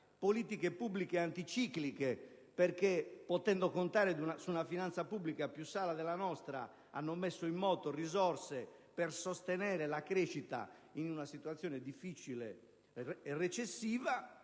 politiche pubbliche anticicliche perché, potendo contare su una finanza pubblica più sana della nostra, hanno messo in moto risorse per sostenere la crescita in una situazione difficile e recessiva;